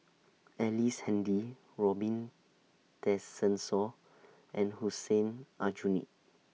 Ellice Handy Robin Tessensohn and Hussein Aljunied